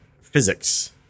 physics